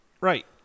Right